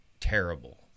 terrible